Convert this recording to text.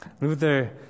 Luther